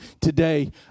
today